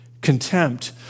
Contempt